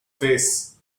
face